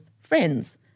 friends